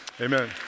amen